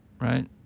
right